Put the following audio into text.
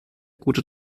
gute